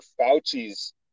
Fauci's